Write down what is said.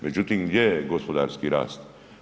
Međutim, gdje je gospodarski rast?